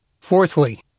Fourthly